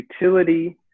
utility